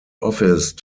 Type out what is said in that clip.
office